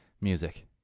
music